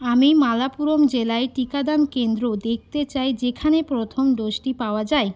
আমি মালাপুরম জেলায় টিকাদান কেন্দ্র দেখতে চাই যেখানে প্রথম ডোসটি পাওয়া যায়